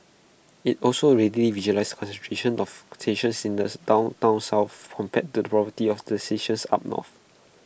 IT also readily visualises the concentration of stations in the downtown south compared to the poverty of the stations up north